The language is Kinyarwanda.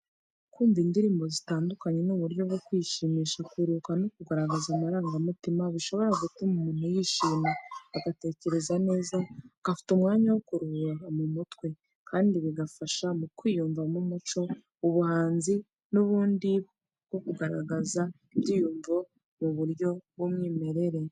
Kumva indirimbo zitandukanye, ni uburyo bwo kwishimisha, kuruhuka, no kugaragaza amarangamutima, bishobora gutuma umuntu yishima, agatekereza neza, agafata umwanya wo kuruhura umutwe, kandi bigafasha mu kwiyumvamo umuco, ubuhanzi, n’uburyo bwo kugaragaza ibyiyumvo mu buryo bw’umwimerere.